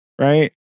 right